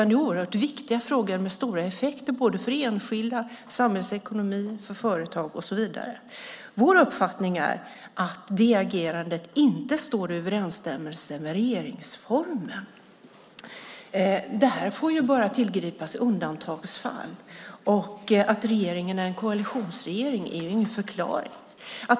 Det är oerhört viktiga frågor med stora effekter både för enskilda, samhällsekonomin, företag och så vidare. Vår uppfattning är att det agerandet inte står i överensstämmelse med regeringsformen. Detta får bara tillgripas i undantagsfall. Att regeringen är en koalitionsregering är ju ingen förklaring.